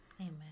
amen